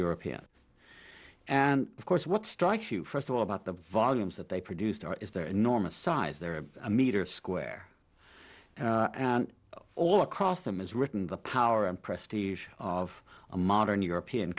european and of course what strikes you first of all about the volumes that they produced or is their enormous size there a meter square and all across them is written the power and prestige of a modern european